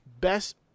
best